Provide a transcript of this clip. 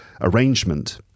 arrangement